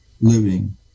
living